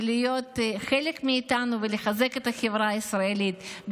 להיות חלק מאיתנו ולחזק את החברה הישראלית,